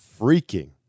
freaking